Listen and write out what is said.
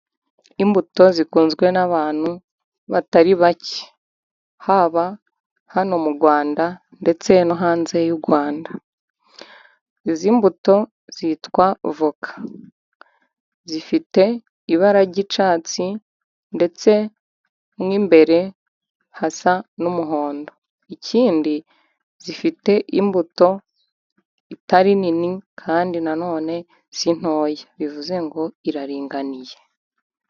Imbuto zikunzwe n'abantu batari bake, haba hano mu Rwanda ndetse no hanze y'u Rwanda, izi mbuto zitwa voka. Zifite ibara ry'icatsi ndetse mo imbere hasa n'umuhondo, ikindi zifite imbuto itari nini kandi na none si ntoya, bivuze ngo iraringaniye.